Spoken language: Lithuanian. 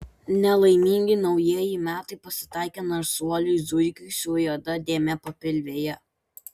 nelaimingi naujieji metai pasitaikė narsuoliui zuikiui su juoda dėme papilvėje